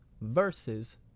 versus